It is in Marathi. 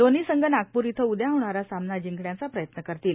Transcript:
दोव्ही संघ नागपूर इथं उद्या होणारा सामना जिंकण्याचा प्रयत्न करतील